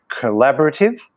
collaborative